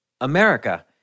America